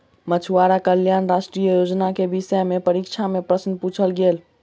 मछुआरा कल्याण राष्ट्रीय योजना के विषय में परीक्षा में प्रश्न पुछल गेल छल